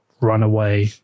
runaway